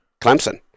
Clemson